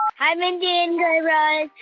hi, mindy and guy raz.